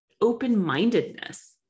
open-mindedness